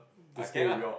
I can ah